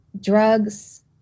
drugs